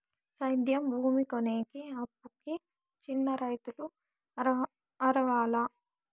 సేద్యం భూమి కొనేకి, అప్పుకి చిన్న రైతులు అర్హులా?